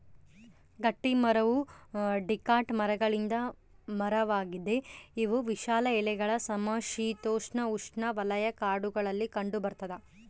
ಗಟ್ಟಿಮರವು ಡಿಕಾಟ್ ಮರಗಳಿಂದ ಮರವಾಗಿದೆ ಇವು ವಿಶಾಲ ಎಲೆಗಳ ಸಮಶೀತೋಷ್ಣಉಷ್ಣವಲಯ ಕಾಡುಗಳಲ್ಲಿ ಕಂಡುಬರ್ತದ